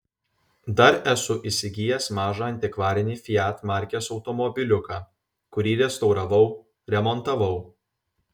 dar esu įsigijęs mažą antikvarinį fiat markės automobiliuką kurį restauravau remontavau